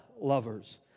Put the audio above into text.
lovers